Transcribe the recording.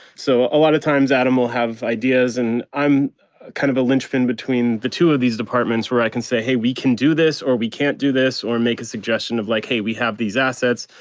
so a lot of times adam will have ideas and i'm kind of a linchpin between the two of these departments where i can say, hey, we can do this or we can't do this or make a suggestion of like hey, we have these assets.